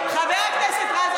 חבר הכנסת רז,